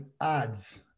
ads